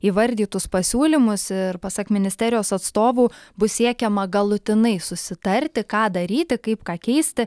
įvardytus pasiūlymus ir pasak ministerijos atstovų bus siekiama galutinai susitarti ką daryti kaip ką keisti